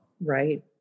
Right